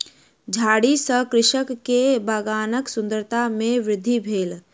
झाड़ी सॅ कृषक के बगानक सुंदरता में वृद्धि भेल